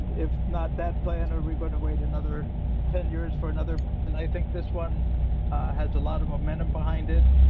and if not that plan. are we going to wait another ten years for another? and i think this one has a lot of momentum behind it.